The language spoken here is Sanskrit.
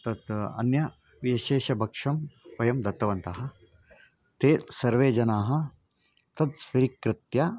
तत् अन्य विशेषभक्ष्यं वयं दत्तवन्तः ते सर्वे जनाः तत् स्वीकृत्य